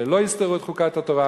שלא יסתרו את חוקת התורה,